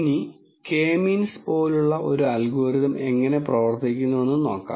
ഇനി K means പോലുള്ള ഒരു അൽഗോരിതം എങ്ങനെ പ്രവർത്തിക്കുന്നുവെന്ന് നോക്കാം